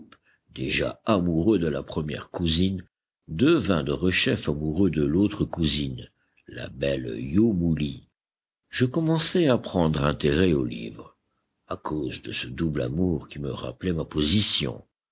déjà amoureux de la première cousine devient derechef amoureux de l'autre cousine la belle yo mu li je commençai à prendre intérêt au livre à cause de ce double amour qui me rappelait ma position